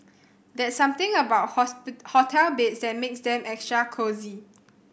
there's something about hotel beds that makes them extra cosy